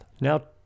Now